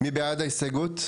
מי בעד ההסתייגות?